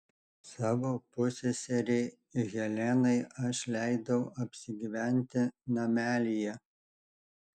savo pusseserei helenai aš leidau apsigyventi namelyje